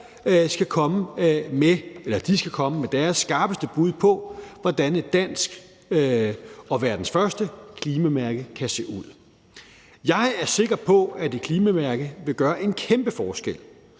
skal komme med deres skarpeste bud på, hvordan et dansk og verdens første klimamærke kan se ud. Jeg er sikker på, at et klimamærke vil gøre en kæmpe forskel.